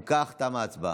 אם כך, תמה ההצבעה.